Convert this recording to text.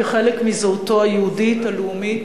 כחלק מזהותו היהודית הלאומית,